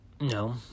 No